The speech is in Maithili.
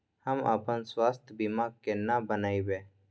हम अपन स्वास्थ बीमा केना बनाबै?